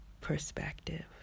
perspective